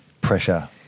pressure